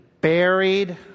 buried